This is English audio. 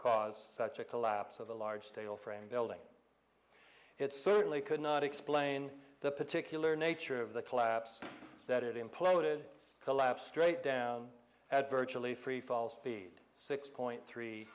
caused such a collapse of a large steel framed building it certainly could not explain the particular nature of the collapse that it imploded collapse straight down at virtually freefall speed six point three